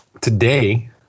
today